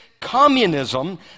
communism